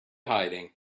hiding